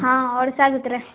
ହଁ ଅଡ଼ିଶା ଭିତରେ